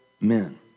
men